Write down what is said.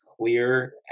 clear